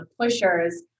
pushers